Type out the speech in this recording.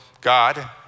God